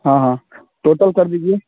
हाँ हाँ टोटल कर दीजिए